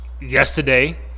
yesterday